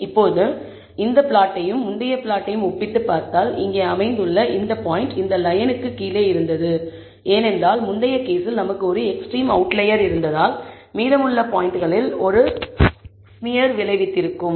இப்போது இந்த பிளாட்டையும் முந்தைய பிளாட்டையும் ஒப்பிட்டுப் பார்த்தால் இங்கே அமைந்துள்ள இந்த பாயிண்ட் இந்த லயனுக்கு கீழே இருந்தது ஏனென்றால் முந்தைய கேஸில் நமக்கு ஒரு எக்ஸ்ட்ரீம் அவுட்லயர் இருந்ததால் மீதமுள்ள பாயிண்ட்களில் ஒரு ஸ்மியர் விளைவைக் கொண்டிருந்தது